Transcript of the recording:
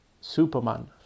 Superman